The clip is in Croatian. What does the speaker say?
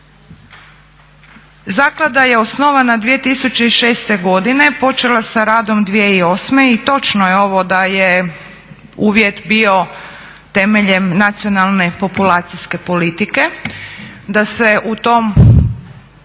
Zaklada je osnovana 2006.godine, počela sa radom 2008.i točno je ovo da je uvjet bio temeljem nacionalne populacijske politike, da se u tom